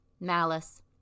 malice